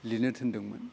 लिरनो थिन्दोंमोन